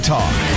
Talk